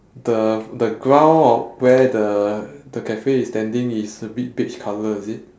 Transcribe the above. the the ground on where the the cafe is standing is a bit beige colour is it